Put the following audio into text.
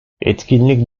etkinlik